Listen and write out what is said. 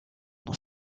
dans